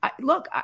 look